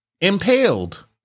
Impaled